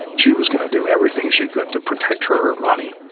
she was going to do everything she could to protect her ronnie